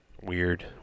weird